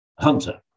Hunter